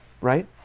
right